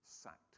sacked